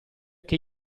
che